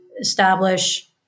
establish